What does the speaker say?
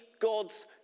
God's